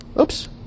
Oops